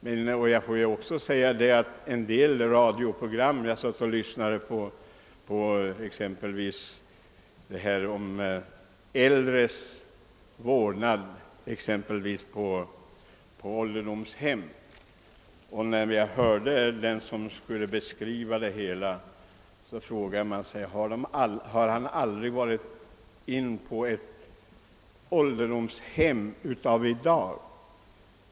Men jag har suttit och lyssnat på en del radioprogram i vårdfrågor, bl.a. programmet om vård av äldre på ålderdomshem, och jag måste fråga mig: Har den som beskrev förhållandena aldrig varit inne på ett ålderdomshem av i dag?